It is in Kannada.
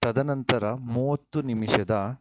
ತದನಂತರ ಮೂವತ್ತು ನಿಮಿಷದ